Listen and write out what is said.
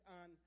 on